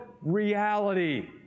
reality